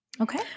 Okay